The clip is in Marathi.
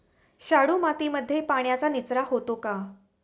शाडू मातीमध्ये पाण्याचा निचरा होतो का?